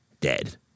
dead